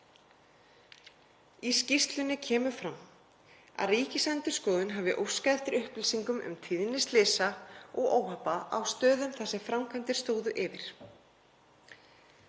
Í skýrslunni kemur fram að Ríkisendurskoðun hafi óskað eftir upplýsingum um tíðni slysa og óhappa á stöðum þar sem framkvæmdir stóðu yfir.